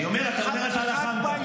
חתיכת בושה,